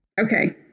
Okay